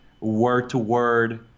word-to-word